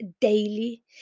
daily